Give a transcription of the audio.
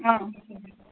অঁ